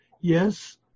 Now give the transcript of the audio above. yes